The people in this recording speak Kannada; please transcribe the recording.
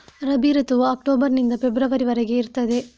ರಬಿ ಋತುವು ಅಕ್ಟೋಬರ್ ನಿಂದ ಫೆಬ್ರವರಿ ವರೆಗೆ ಇರ್ತದೆ